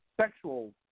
sexual